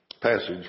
passage